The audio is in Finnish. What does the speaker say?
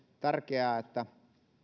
tärkeää että